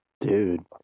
dude